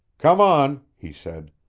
come on, he said.